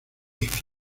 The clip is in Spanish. sus